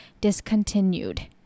discontinued